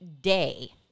day